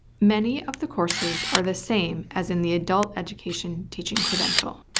many of the courses are the same as in the adult education teaching credential,